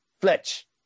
Fletch